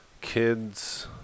kids